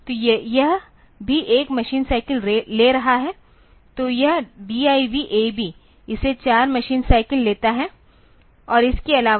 तो यह भी 1 मशीन साइकिल ले रहा है तो यह DIV AB इसे 4 मशीन साइकिल लेता है और इसके अलावा